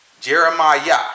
Jeremiah